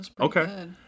okay